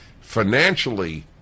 financially